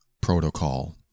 protocol